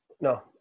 No